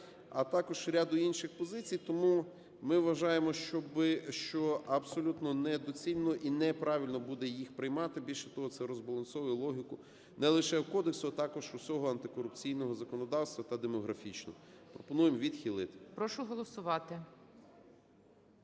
а також ряду інших позицій, тому ми вважаємо, що абсолютно недоцільно і неправильно буде їх приймати, більше того, це розбалансовує логіку не лише кодексу, а також усього антикорупційного законодавства та демографічну. Пропонуємо відхилити.